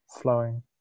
flowing